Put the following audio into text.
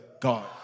God